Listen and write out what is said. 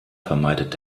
vermeidet